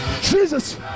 Jesus